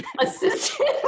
Assistant